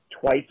twice